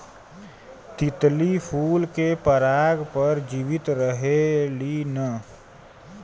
तितली फूल के पराग पर जीवित रहेलीन